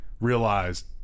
realized